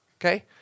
Okay